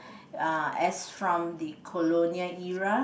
uh as from the colonial era